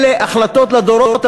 אלה החלטות לדורות הבאים,